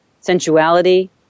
sensuality